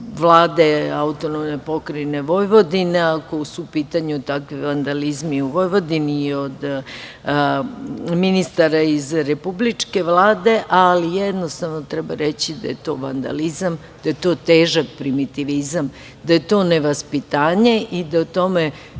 Vlade AP Vojvodine, ako su u pitanju takvi vandalizmi u Vojvodini, od ministara iz republičke Vlade, ali, jednostavno, treba reći da je to vandalizam, da je to težak primitivizam, da je to nevaspitanje i da o tome